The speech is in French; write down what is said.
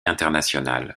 internationales